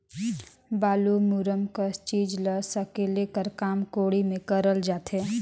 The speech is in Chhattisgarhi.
बालू, मूरूम कस चीज ल सकेले कर काम कोड़ी मे करल जाथे